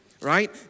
right